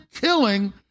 killing